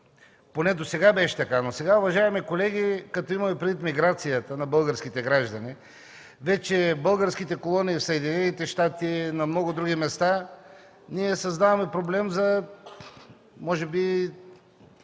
Поне досега беше така. Но сега, уважаеми колеги, като имаме предвид миграцията на българските граждани, вече българските колонии в Съединените щати и на много други места ние създаваме проблем за – не мога